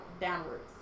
downwards